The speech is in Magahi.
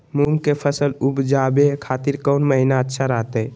मूंग के फसल उवजावे खातिर कौन महीना अच्छा रहतय?